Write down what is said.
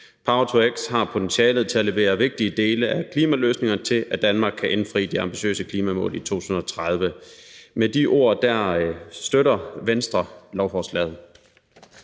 Power-to-x har potentialet til at levere vigtige dele af klimaløsninger til, at Danmark kan indfri de ambitiøse klimamål i 2030. Med de ord støtter Venstre lovforslaget.